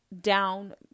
down